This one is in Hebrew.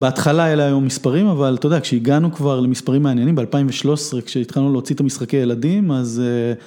בהתחלה היה לנו מספרים אבל אתה יודע כשהגענו כבר למספרים מעניינים ב-2013 כשהתחלנו להוציא את המשחקי ילדים אז...